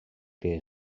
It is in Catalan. que